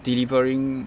delivering